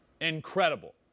incredible